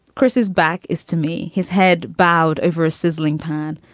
chris, his back is to me. his head bowed over a sizzling pan.